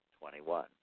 Twenty-one